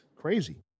Crazy